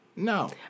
No